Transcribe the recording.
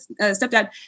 stepdad